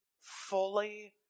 fully